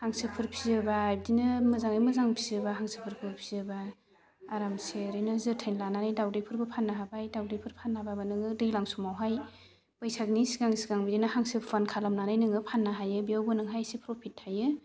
हांसोफोर फिसियोबा बिदिनो मोजाङै मोजां फिसियोबा हांसोफोरखौ फिसियोबा आरामसे ओरैनो जोथोन लानानै दावदैफोरबो फाननो हाबाय दावदैफोर फानाबाबो नोङो दैज्लां समावहाय बैसागोनि सिगां सिगां बिदिनो हांसो फुवान खालामनानै नोङो फाननो हायो बेयावबो नोंहा इसे प्रफिट थायो